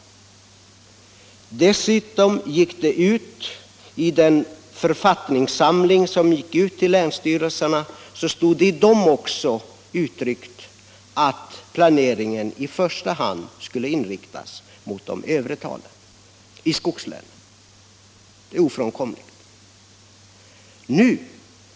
Dessutom stod det i den författningssamling som gick ut till länsstyrelserna att planeringen i skogslänen i första hand skulle inriktas mot de övre talen. Detta är obestridligt.